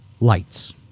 lights